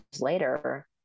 later